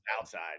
outside